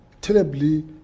terribly